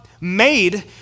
made